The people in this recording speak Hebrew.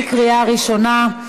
בקריאה ראשונה.